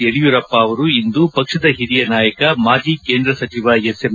ಯಡಿಯೂರಪ್ಪ ಅವರು ಇಂದು ಪಕ್ಷದ ಹಿರಿಯ ನಾಯಕ ಮಾಜಿ ಕೇಂದ್ರ ಸಚಿವ ಎಸ್ ಎಂ